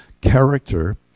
character